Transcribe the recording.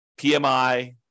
PMI